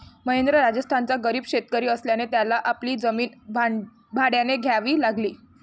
महेंद्र राजस्थानचा गरीब शेतकरी असल्याने त्याला आपली जमीन भाड्याने द्यावी लागली